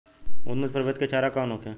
उन्नत प्रभेद के चारा कौन होखे?